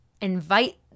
invite